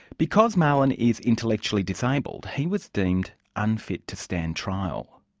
because marlon is intellectually disabled, he was deemed unfit to stand trial.